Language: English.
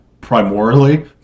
primarily